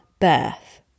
birth